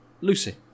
Lucy